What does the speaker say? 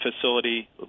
facility